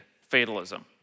fatalism